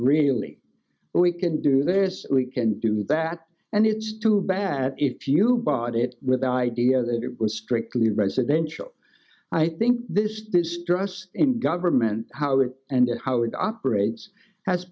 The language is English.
really we can do this we can do that and it's too bad if you bought it with the idea that it was strictly residential i think this does stress in government how it and how it operates has